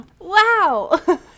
Wow